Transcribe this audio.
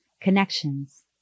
Connections